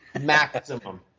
maximum